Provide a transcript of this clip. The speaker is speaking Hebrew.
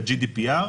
ל-GDPR,